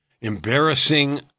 embarrassing